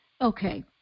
Okay